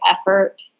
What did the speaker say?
effort